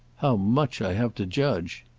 how much i have to judge!